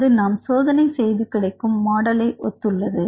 அது நாம் சோதனை செய்து கிடைக்கும் மாடலை ஒத்துள்ளது